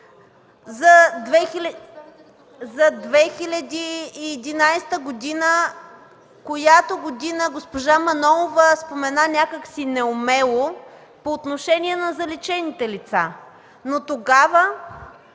за 2011 г., която година госпожа Манолова спомена някак си неумело по отношение на заличените лица? Но тогава